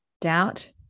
doubt